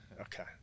Okay